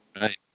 Right